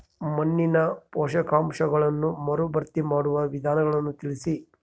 ಮಣ್ಣಿನ ಪೋಷಕಾಂಶಗಳನ್ನು ಮರುಭರ್ತಿ ಮಾಡುವ ವಿಧಾನಗಳನ್ನು ತಿಳಿಸಿ?